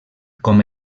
com